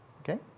okay